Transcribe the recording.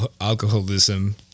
alcoholism